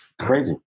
Crazy